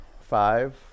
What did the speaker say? Five